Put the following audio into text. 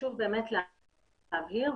חשוב להבהיר,